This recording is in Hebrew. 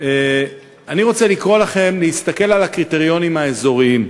אני רוצה לקרוא לכם להסתכל על הקריטריונים האזוריים.